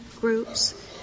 groups